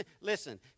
Listen